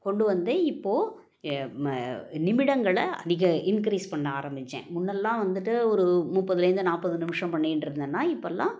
கொண்டு வந்தேன் இப்போது ய ம நிமிடங்களை அதிக இன்க்ரீஸ் பண்ண ஆரம்மித்தேன் முன்னெல்லாம் வந்துட்டு ஒரு முப்பத்துலேருந்து நாற்பது நிமிஷம் பண்ணிகிட்ருந்தேன் நான் இப்பெல்லாம்